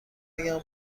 بگم